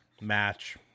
match